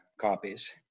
copies